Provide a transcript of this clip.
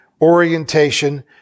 orientation